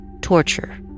torture